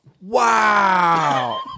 Wow